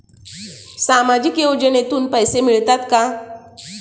सामाजिक योजनेतून पैसे मिळतात का?